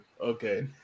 Okay